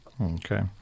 Okay